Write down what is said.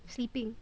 sleeping